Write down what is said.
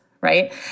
right